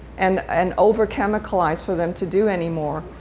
and and over-chemicalized for them to do any more,